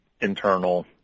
internal